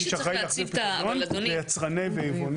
מי שאחראי להחזיר את הפיקדון זה יצרני ויבואני המשקאות.